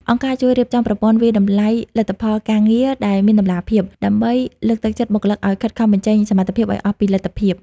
អង្គការជួយរៀបចំប្រព័ន្ធវាយតម្លៃលទ្ធផលការងារ ដែលមានតម្លាភាព ដើម្បីលើកទឹកចិត្តបុគ្គលិកឱ្យខិតខំបញ្ចេញសមត្ថភាពឱ្យអស់ពីលទ្ធភាព។